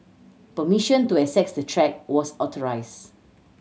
permission to access the track was authorised